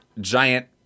giant